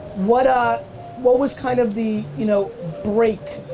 what ah what was kind of the you know break,